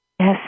Yes